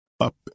up